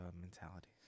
mentality